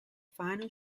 final